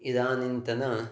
इदानीन्तन